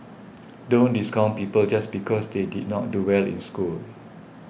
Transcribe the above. don't discount people just because they did not do well in school